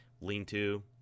lean-to